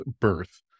birth